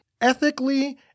ethically